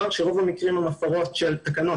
היא שרוב המקרים הם הפרות של תקנות,